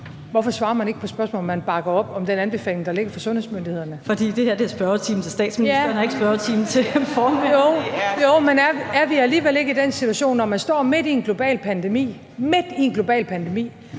Hvorfor svarer man ikke på spørgsmålet, om man bakker op om den anbefaling, der ligger fra sundhedsmyndighedernes side? (Pernille Vermund (NB): Fordi det her er spørgetimen til statsministeren og ikke spørgetimen til formanden). Jo, men er vi alligevel ikke i den situation, når vi står midt i en global pandemi – midt i en global pandemi;